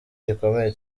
gikomeye